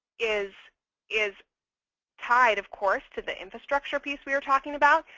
is is tied, of course, to the infrastructure piece we were talking about.